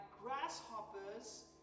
grasshoppers